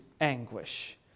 anguish